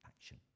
action